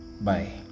Bye